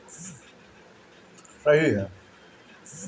online loan आवेदन कईल बहुते आसान हवे